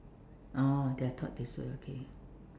oh they are taught this way okay